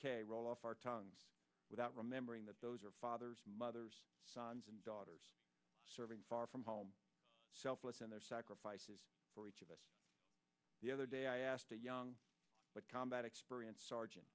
roll off our tongues without remembering that those are fathers mothers sons and daughters serving far from home selfless and their sacrifices for each of us the other day i asked a young combat experience